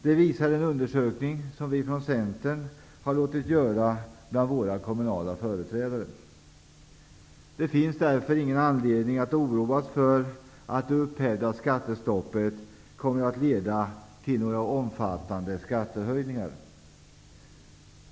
Det visar en undersökning som vi från Centern har låtit göra bland våra kommunala företrädare. Det finns därför ingen anledning att oroas för att det upphävda skattestoppet kommer att leda till några omfattande skattehöjningar.